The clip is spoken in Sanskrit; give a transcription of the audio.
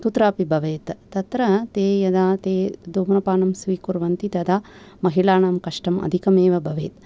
कुत्रापि भवेत् तत्र ते यदा ते धूम्रपानं स्वीकुर्वन्ति तदा महिलानां कष्टम् अधिकम् एव भवेत्